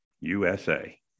USA